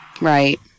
Right